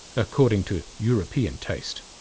according to european taste.